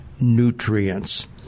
nutrients